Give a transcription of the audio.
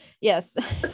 Yes